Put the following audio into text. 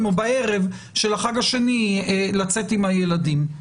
או בערב של החג השני לצאת עם הילדים.